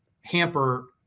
hamper